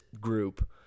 group